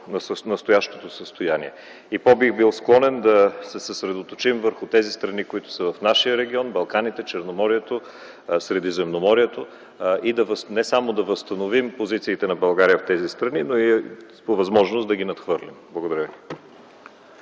настоящото състояние. Бих бил по-склонен да се съсредоточим върху тези страни, които са в нашия регион – Балканите, Черноморието, Средиземноморието, и не само да възстановим позициите на България в тези страни, но и по възможност да ги надхвърлим. Благодаря ви.